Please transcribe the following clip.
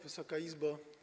Wysoka Izbo!